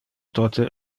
tote